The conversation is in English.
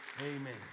Amen